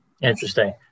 Interesting